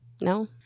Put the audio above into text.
No